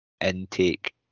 intake